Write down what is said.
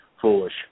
foolish